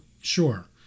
Sure